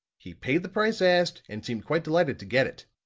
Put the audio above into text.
he paid the price asked and seemed quite delighted to get it.